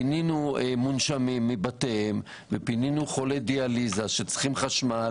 פינינו מונשמים מבתיהם ופינינו חולי דיאליזה שצריכים חשמל